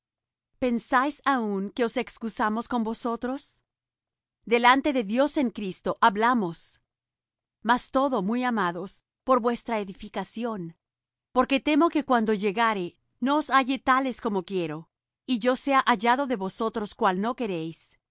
pensáis aún que nos excusamos con vosotros delante de dios en cristo hablamos mas todo muy amados por vuestra edificación porque temo que cuando llegare no os halle tales como quiero y yo sea hallado de vosotros cual no queréis